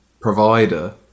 provider